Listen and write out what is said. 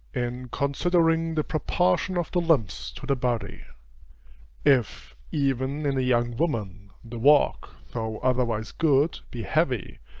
in considering the proportion of the limbs to the body if, even in a young woman, the walk, though otherwise good, be heavy,